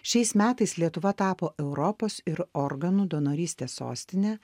šiais metais lietuva tapo europos ir organų donorystės sostine